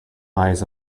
eyes